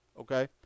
okay